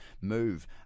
move